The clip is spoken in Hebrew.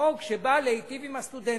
חוק שבא להיטיב עם הסטודנטים,